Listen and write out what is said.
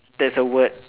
that's a word